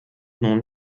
nun